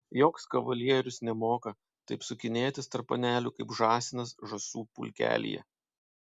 joks kavalierius nemoka taip sukinėtis tarp panelių kaip žąsinas žąsų pulkelyje